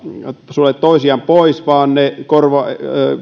sulje toisiaan pois vaan ne